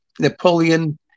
Napoleon